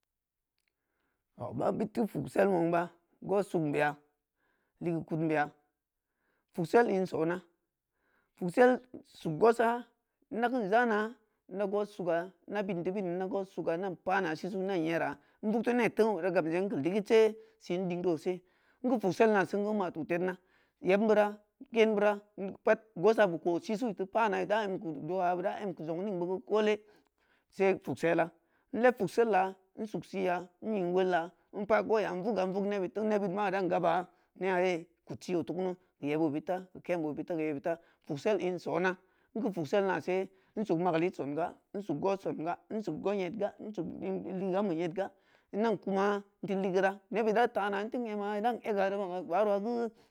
Tooh ba bid teu fugsel wong ba goh sugn beya ligeu kudn beya fugsel in sona fugsel sug gohsa ina keun jana ida goh suga ina bun teu bini ina goh suga ina pana sisu ina year in vug teu ne teung beu da gamje in keu ligid se sin dingdo se nke fugsel na sengeu in ma tu tednna yebm beura keu keen buna in geu pat gohsa beu ko sisu i teu pana beu da em keu duwa beu da em keu zong ning beu geu koole sei fugsela in lbeb fugsella nsug siya nying wolla npa gohya nvuga nvug nebud nebud ma i dan gaba ne’a ye kud si o teu kunu keu yeb o beudta keu keem o beud ta keu yebo beudta fugsel in sona in keu fug sel na se in sug mageu ligid songa in sug goh songa in sug goh yed ga in sug ligeu ambe yedga ina kuma in teu ligeu ra nebud idan tana i tein ema idan ega ida ban gbaarowa geu